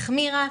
החמירה,